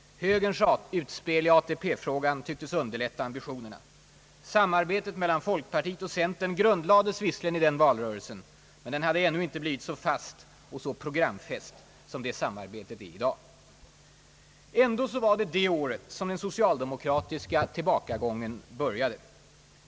Högerns utspel i ATP frågan tycktes underlätta ambitionerna. Samarbetet mellan folkpartiet och centern grundlades visserligen i den valrörelsen men hade ännu inte blivit så fast och så programfäst som det är i dag. Ändå var det det året som den socialdemokratiska tillbakagången <började.